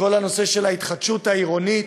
לכל הנושא של ההתחדשות העירונית,